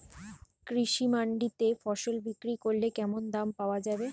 কৃষি মান্ডিতে ফসল বিক্রি করলে কেমন দাম পাওয়া যাবে?